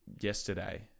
yesterday